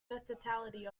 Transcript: versatility